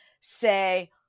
say